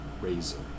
razor